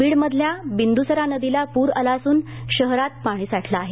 बीडमधल्या बिंदुसरा नदीला पूर आला असून शहरात पाणी साठलं आहे